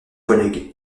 collègues